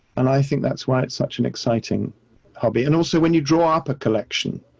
and i think that's why it's such an exciting hobby. and also when you draw up a collection,